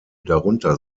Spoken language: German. darunter